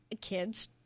kids